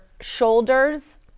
shoulders